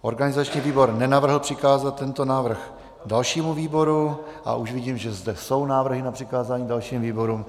Organizační výbor nenavrhl přikázat tento návrh dalšímu výboru a už vidím, že zde jsou návrhy na přikázání dalším výborům.